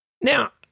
Now